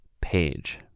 Page